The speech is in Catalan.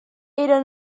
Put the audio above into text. era